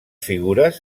figures